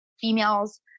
females